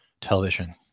television